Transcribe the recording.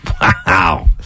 Wow